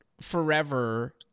forever